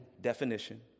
definition